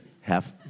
half